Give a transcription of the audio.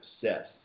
success